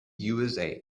usa